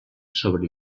sobre